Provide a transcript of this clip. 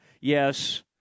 yes